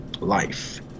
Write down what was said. Life